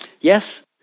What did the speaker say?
Yes